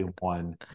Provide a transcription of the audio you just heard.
one